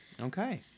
Okay